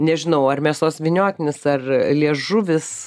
nežinau ar mėsos vyniotinis ar liežuvis